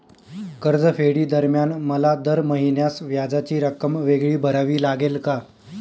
कर्जफेडीदरम्यान मला दर महिन्यास व्याजाची रक्कम वेगळी भरावी लागेल का?